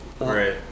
Right